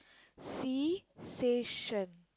seization